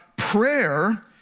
Prayer